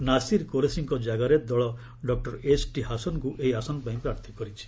ନାସିର୍ କୋରେସିଙ୍କ ଜାଗାରେ ଦଳ ଡକ୍କର ଏଚ୍ଟି ହାସନଙ୍କୁ ଏହି ଆସନ ପାଇଁ ପ୍ରାର୍ଥୀ କରିଛି